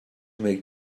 make